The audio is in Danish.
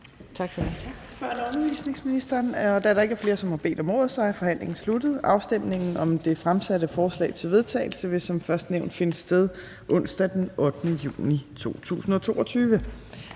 Tak for det.